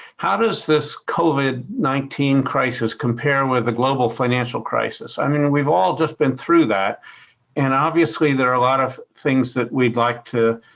how does this covid nineteen crisis compare with the global financial crisis? i mean, we've all just been through that and obviously there are a lot of things that we'd like to